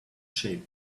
shape